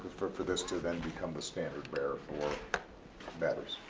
for for this to then become the standard bearer for batteries?